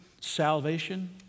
salvation